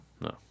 No